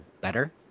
better